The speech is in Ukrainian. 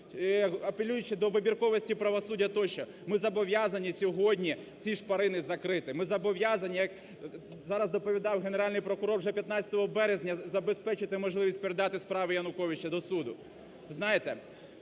апелюючи до вибірковості правосуддя тощо. Ми зобов'язані сьогодні ці шпарини закрити, ми зобов'язані, як зараз доповідав Генеральний прокурор, вже 15 березня забезпечити можливість передати справу Януковича до суду.